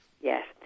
Yes